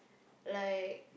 like